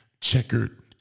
checkered